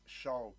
show